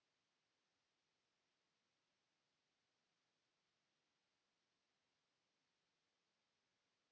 Kiitos.